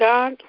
God